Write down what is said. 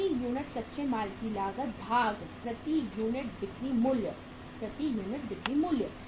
प्रति यूनिट कच्चे माल की लागत भाग प्रति यूनिट बिक्री मूल्य प्रति यूनिट बिक्री मूल्य